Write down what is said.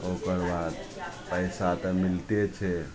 ओकरबाद पइसा तऽ मिलते छै